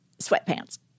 sweatpants